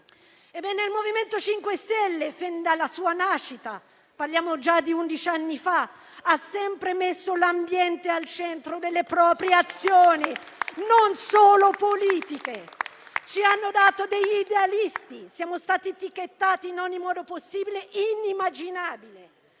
Il MoVimento 5 Stelle, sin dalla sua nascita (parliamo già di undici anni fa), ha sempre messo l'ambiente al centro delle proprie azioni non solo politiche. Ci hanno dato degli idealisti e siamo stati etichettati in ogni modo possibile e immaginabile.